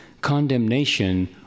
Condemnation